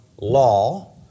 law